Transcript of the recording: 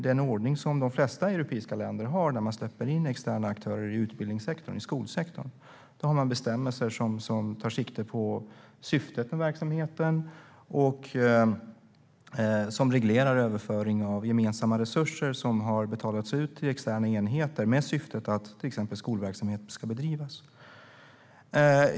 De flesta europeiska länder som släpper in externa aktörer i skolsektorn har bestämmelser som tar sikte på syftet med verksamheten och som reglerar överföring av gemensamma resurser som har betalats ut till externa enheter med syftet att till exempel skolverksamhet ska bedrivas.